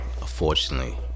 unfortunately